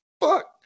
fuck